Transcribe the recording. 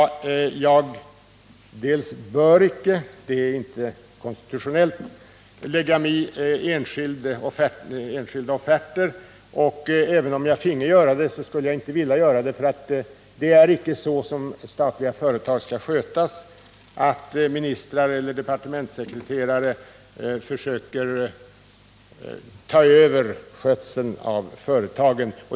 Jag bör icke — det är inte konstitutionellt — lägga mig i enskilda offerter, och även om jag finge det, skulle jag inte vilja göra det, för statliga företag skall icke skötas så, att ministrar eller departementssekreterare försöker ta över skötseln av dem.